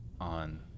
on